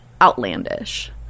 outlandish